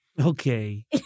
Okay